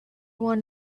one